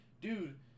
dude